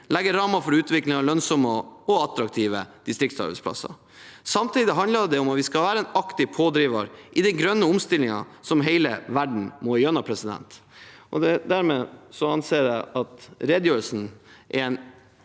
legge rammer for utvikling av lønnsomme og attraktive distriktsarbeidsplasser. Samtidig handler det om at vi skal være en aktiv pådriver i den grønne omstillingen som hele verden må gjennom. Dermed anser jeg at redegjørelsen er et